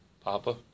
Papa